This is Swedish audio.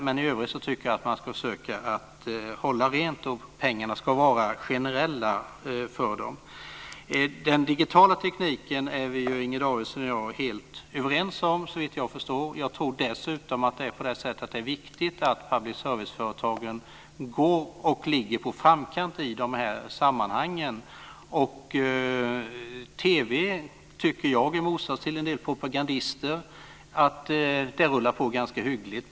Men i övrigt tycker jag att man ska försöka hålla rent. Pengarna ska vara generella. Den digitala tekniken är Inger Davidson och jag helt överens om såvitt jag förstår. Dessutom tror jag att det är viktigt att public service-företagen går före och ligger i framkant i de här sammanhangen. I motsats till en del propagandister tycker jag att det rullar på ganska hyggligt för TV.